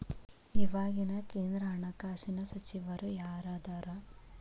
ಇವಾಗಿನ ಕೇಂದ್ರ ಹಣಕಾಸಿನ ಸಚಿವರು ಯಾರದರ